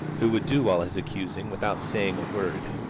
who would do all his accusing without saying a word,